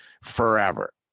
forever